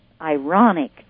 ironic